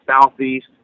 southeast